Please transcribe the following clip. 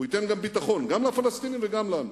הוא ייתן גם ביטחון, גם לפלסטינים וגם לנו.